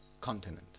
continent